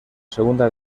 segunda